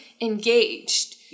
engaged